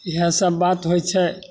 इएहसब बात होइ छै